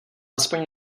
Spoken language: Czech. aspoň